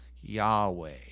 Yahweh